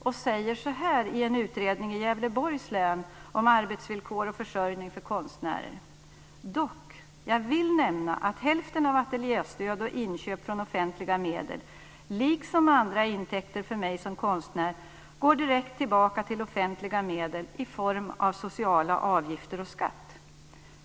Han säger så här i en utredning i Gävleborgs län om arbetsvillkor och försörjning för konstnärer: "Dock; jag vill nämna att hälften av ateljéstöd och inköp från offentliga medel, liksom andra intäkter för mig som konstnär, går direkt tillbaka till offentliga medel i form av sociala avgifter och skatt."